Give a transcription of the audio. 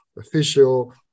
official